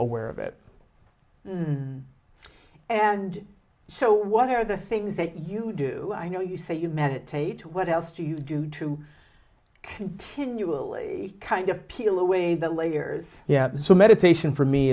aware of it and so what are the things that you do i know you say you meditate what else do you do to continually kind of peel away the layers so meditation for me